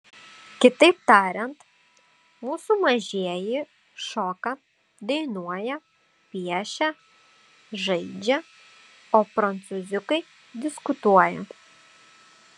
kitaip tariant mūsų mažieji šoka dainuoja piešia žaidžia o prancūziukai diskutuoja